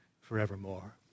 forevermore